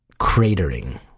cratering